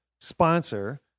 sponsor